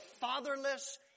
fatherless